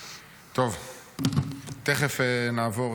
השר, תכף נעבור